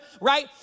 right